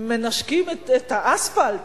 מנשקים את האספלט